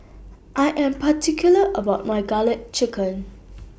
I Am particular about My Garlic Chicken